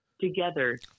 together